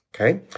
okay